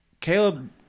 Caleb